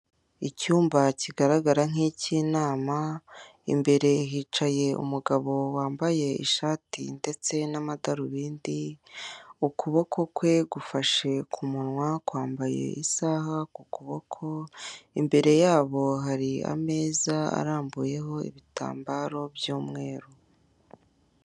Icyumba kigaragara nk'icy'inama. Imbere hicaye umugabo wambaye ishati ndetse n'amadarubindi. Ukuboko kwe gufashe ku munwa, kwambaye isaha ku kuboko. Imbere yabo hari ameza arambuyeho ibitambaro by'umweru.